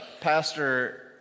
Pastor